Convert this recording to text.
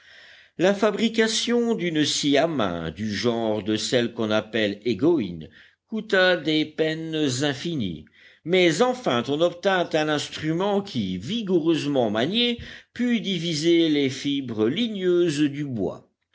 la fabrication d'une scie à main du genre de celles qu'on appelle égoïnes coûta des peines infinies mais enfin on obtint un instrument qui vigoureusement manié put diviser les fibres ligneuses du bois